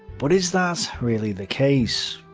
but is that really the case?